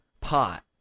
pot